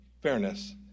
fairness